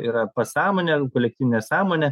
yra pasąmonė kolektyvinė sąmonė